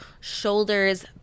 shoulders